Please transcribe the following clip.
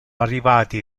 arrivati